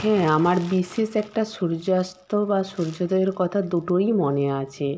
হ্যাঁ আমার বিশেষ একটা সূর্যাস্ত বা সূর্যোদয়ের কথা দুটোই মনে আছে